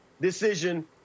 decision